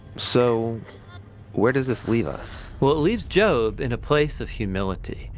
so where does this leave us? well, leaves job in a place of humility.